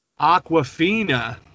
Aquafina